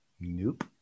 Nope